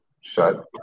shut